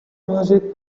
music